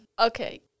Okay